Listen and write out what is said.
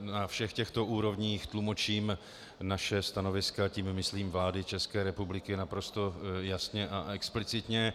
Na všech těchto úrovních tlumočím naše stanoviska, tím myslím vlády České republiky, naprosto jasně a explicitně.